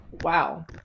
wow